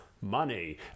money